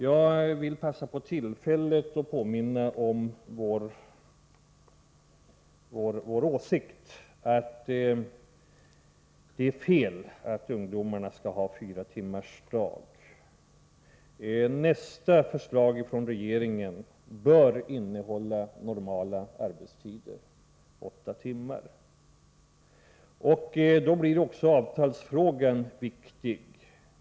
Jag vill passa på tillfället att påminna om vår åsikt att det är fel att ungdomarna skall ha fyratimmarsdag. Nästa förslag från regeringen bör innehålla normal arbetstid, åtta timmar. Då blir också avtalsfrågan viktig.